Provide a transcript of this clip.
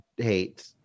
hate